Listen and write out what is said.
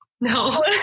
no